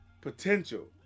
potential